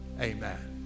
amen